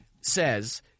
says